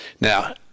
Now